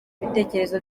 ibitekerezo